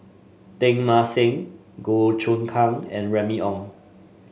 Teng Mah Seng Goh Choon Kang and Remy Ong